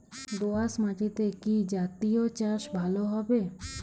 দোয়াশ মাটিতে কি জাতীয় চাষ ভালো হবে?